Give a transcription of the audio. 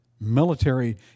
Military